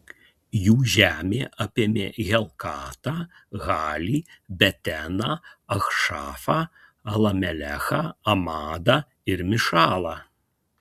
jų žemė apėmė helkatą halį beteną achšafą alamelechą amadą ir mišalą